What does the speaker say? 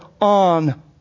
on